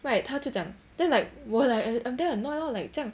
right 他就讲 then like !wah! I I'm damn annoying like 这样